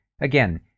again